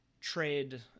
trade